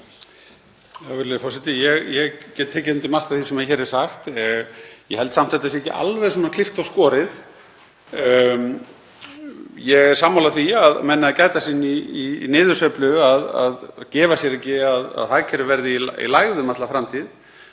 Virðulegur forseti. Ég get tekið undir margt af því sem hér er sagt. Ég held samt að þetta sé ekki alveg svona klippt og skorið. Ég er sammála því að menn eigi að gæta sín í niðursveiflu að gefa sér ekki að hagkerfið verði í lægð um alla framtíð